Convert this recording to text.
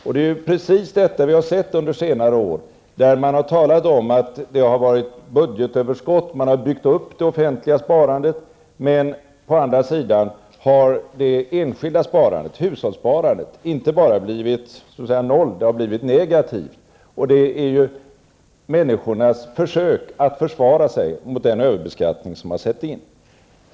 Det är precis detta vi har sett under senare år, när man talat om att det har varit budgetöverskott. Man har byggt upp det offentliga sparandet, men på andra sidan har det enskilda sparandet, hushållssparandet, inte bara blivit noll utan det har blivit negativt. Människorna har försökt försvara sig mot den här överbeskattningen som satts in.